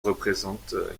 représente